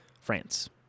France